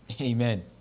Amen